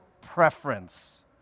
preference